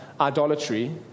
idolatry